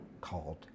called